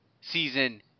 season